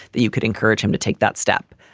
that you could encourage him to take that step.